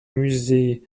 musée